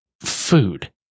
Food